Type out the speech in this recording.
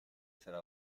sarà